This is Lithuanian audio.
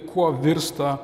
kuo virsta